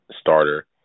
starter